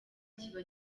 kiba